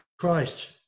Christ